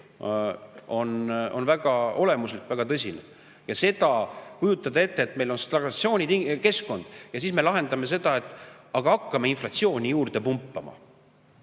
on väga olemuslik, väga tõsine. Ja kujutada ette, et meil on stagnatsioonikeskkond ja siis me lahendame seda nii, et hakkame inflatsiooni juurde pumpama.